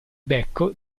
becco